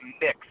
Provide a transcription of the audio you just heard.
mix